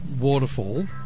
waterfall